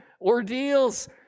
ordeals